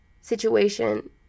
situation